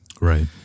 right